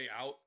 out